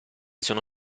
sono